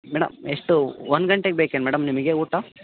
madam ಎಷ್ಟು ಒಂದು ಗಂಟೆಗೆ ಬೇಕೇನು ಮೇಡಮ್ ನಿಮಗೆ ಊಟ